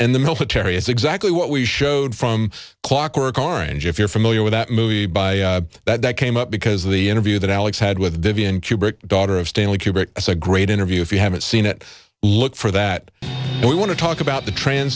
in the military is exactly what we showed from clockwork orange if you're familiar with that movie by that came up because of the interview that alex had with vivian kubrick daughter of stanley kubrick it's a great interview if you haven't seen it look for that we want to talk about the tr